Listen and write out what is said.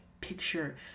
picture